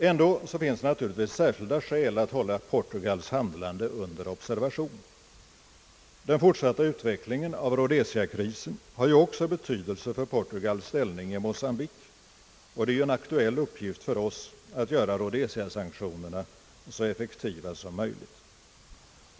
Ändå finns det särskilda skäl att hålla Portugals handlande under observation. Den fortsatta utvecklingen av rhodesiakrisen har ju också betydelse för Portugals ställning i Mocambique, och det är en aktuell uppgift för oss att göra rhodesiasanktionerna så effektiva som möjligt.